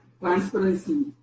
transparency